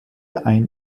ein